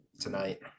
tonight